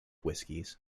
whiskies